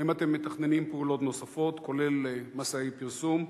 האם אתם מתכננים פעולות נוספות, כולל מסעי פרסום?